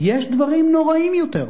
יש דברים נוראים יותר.